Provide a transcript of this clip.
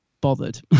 bothered